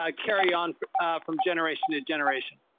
um carry on from generation to generation.